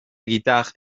guitare